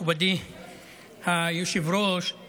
מכובדי היושב-ראש,